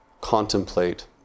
contemplate